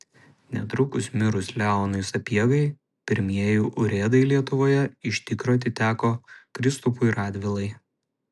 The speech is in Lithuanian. netrukus mirus leonui sapiegai pirmieji urėdai lietuvoje iš tikro atiteko kristupui radvilai